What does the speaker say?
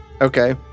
Okay